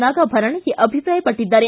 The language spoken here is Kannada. ನಾಗಾಭರಣ ಅಭಿಪ್ರಾಯಪಟ್ಟದ್ದಾರೆ